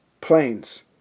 planes